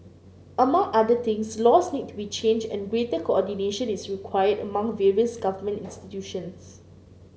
among other things laws need to be changed and greater coordination is required among various government institutions